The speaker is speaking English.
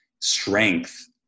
strength